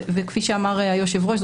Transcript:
וכפי שאמר היושב-ראש,